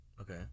okay